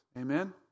Amen